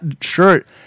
shirt